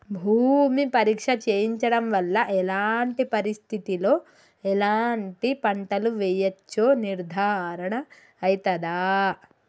భూమి పరీక్ష చేయించడం వల్ల ఎలాంటి పరిస్థితిలో ఎలాంటి పంటలు వేయచ్చో నిర్ధారణ అయితదా?